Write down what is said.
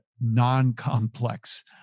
non-complex